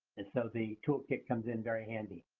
and so the toolkit comes in very handy.